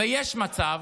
ויש מצב,